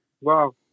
wow